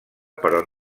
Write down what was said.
però